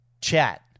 chat